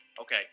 okay